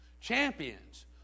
Champions